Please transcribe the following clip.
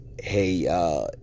hey